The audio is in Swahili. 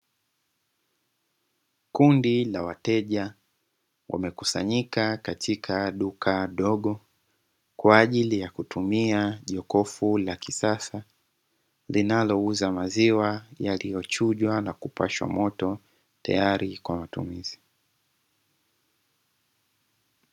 Kundi la wateja wamekusanyika katika duka dogo kwa ajili ya kutumia jokofu la kisasa linalouza maziwa yaliyochunjwa na kupashwa moto tayari kwa matumizi.